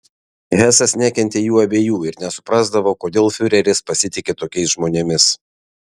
hesas nekentė jų abiejų ir nesuprasdavo kodėl fiureris pasitiki tokiais žmonėmis